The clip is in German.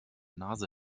nase